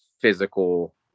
physical